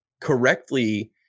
correctly